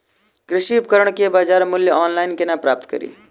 कृषि उपकरण केँ बजार मूल्य ऑनलाइन केना प्राप्त कड़ी?